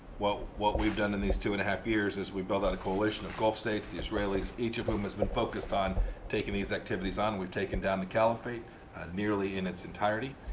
what what we've done in these two and a half years is we've built out a coalition of gulf states, the israelis. each of them has been focused on taking these activities on. and we've taken down the caliphate nearly in its entirety.